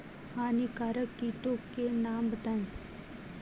हानिकारक कीटों के नाम बताएँ?